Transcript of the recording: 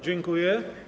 Dziękuję.